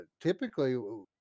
typically